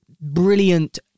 brilliant